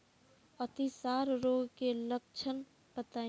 अतिसार रोग के लक्षण बताई?